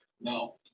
No